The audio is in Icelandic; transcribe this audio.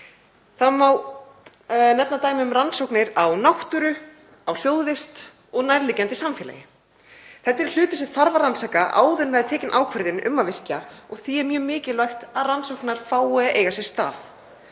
Það má nefna dæmi um rannsóknir á náttúru, á hljóðvist og nærliggjandi samfélagi. Þetta eru hlutir sem þarf að rannsaka áður en tekin er ákvörðun um að virkja og því er mjög mikilvægt að gera rannsóknir. Loftslagsmál